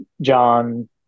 John